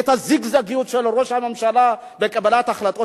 את הזיגזגיות של ראש הממשלה בקבלה החלטות,